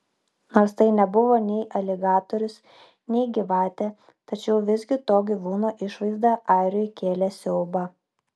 nors tai nebuvo nei aligatorius nei gyvatė tačiau visgi to gyvūno išvaizda airiui kėlė siaubą